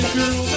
girl